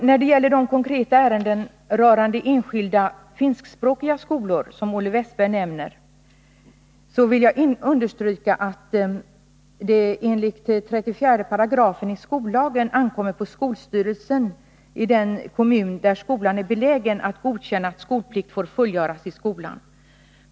När det gäller de konkreta ärenden beträffande enskilda finskspråkiga skolor som Olle Wästberg nämner vill jag understryka att det enligt 34 § skollagen ankommer på skolstyrelsen i den kommun där skolan är belägen att godkänna att skolplikt får fullgöras i skolan.